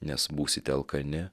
nes būsite alkani